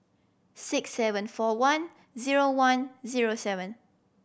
six seven four one zero one zero seven